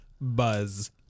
Buzz